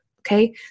okay